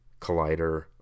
collider